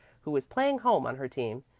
who was playing home on her team.